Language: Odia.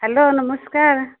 ହ୍ୟାଲୋ ନମସ୍କାର